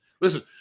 Listen